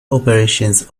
operations